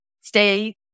stay